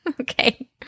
Okay